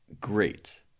great